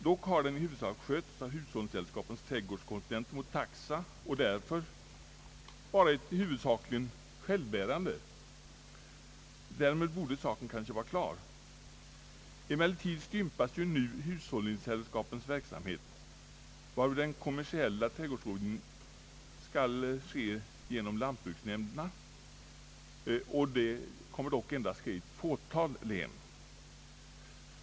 Den har i huvudsak skötts av hushållningssällskapens trädgårdskonsulenter mot taxa, och verksamheten har därför varit i huvudsak självbärande. Därmed borde kanske saken ha varit klar. Nu stympas emellertid hushållningssällskapens verksamhet, varvid den kommersiella trädgårdsrådgivningen skall ske genom lantbruksnämnderna — och den kommer endast att ske i ett fåtal län.